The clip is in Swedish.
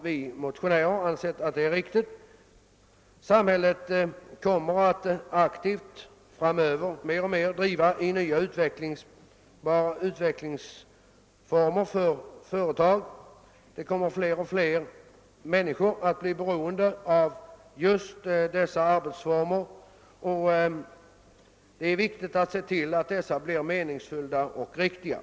Vi motionärer har ansett att detta är riktigt. Samhället kommer framöver att aktivt framdriva nya utvecklingsformer för företag, och fler och fler människor kommer att bli beroende av just dessa arbetsformer. Det är därför viktigt att se till att arbetsformerna blir meningsfyllda och riktiga.